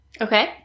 Okay